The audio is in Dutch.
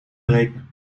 breken